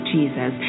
Jesus